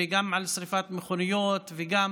וגם שרפת מכוניות וגם